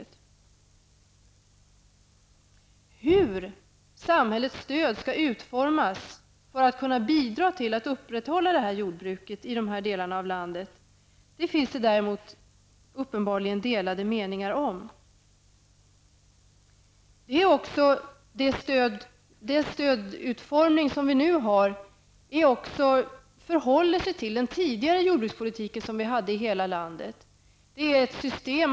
Det finns uppenbarligen delade meningar om hur samhällets stöd skall utformas för att kunna bidra till att upprätthålla jordbruket i de här delarna av landet. Den stödutformning som vi nu har grundar sig på den tidigare jordbrukspolitik som vi hade för hela landet. Det är ett system.